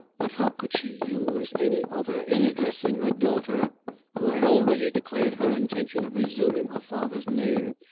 but how could she use any other in addressing her daughter who had already declared her intention of resuming her father's name,